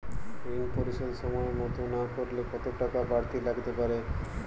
ঋন পরিশোধ সময় মতো না করলে কতো টাকা বারতি লাগতে পারে?